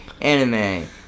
Anime